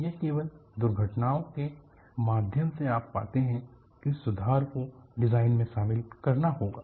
यह केवल दुर्घटनाओं के माध्यम से आप पाते हैं कि सुधार को डिजाइन में शामिल करना होगा